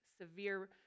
severe